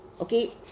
Okay